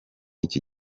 iki